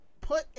put